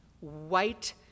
white